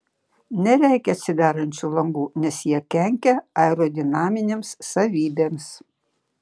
nereikia atsidarančių langų nes jie kenkia aerodinaminėms savybėms